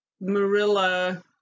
marilla